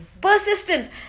Persistence